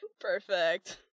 Perfect